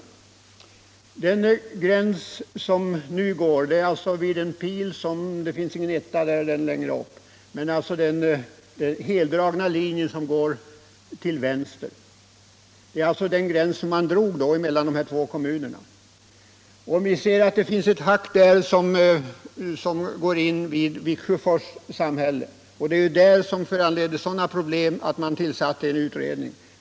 I den gräns man fick vid kommunsammanslagningsreformen mellan de två kommunerna finns ett jack som går in vid Viksjöfors samhälle. Detta föranledde problem och man tillsatte en utredning.